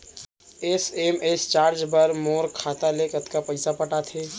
SMS charge बर मोर खाता ले कतका पइसा कटथे?